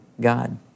God